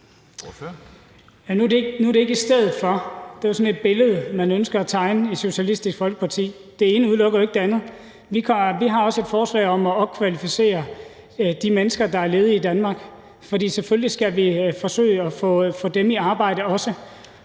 Nu er det ikke i stedet for – det er jo sådan et billede, man ønsker at tegne i Socialistisk Folkeparti. Det ene udelukker jo ikke det andet. Vi har også et forslag om at opkvalificere de mennesker, der er ledige i Danmark, for selvfølgelig skal vi også forsøge at få dem i arbejde.